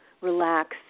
relax